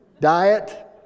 Diet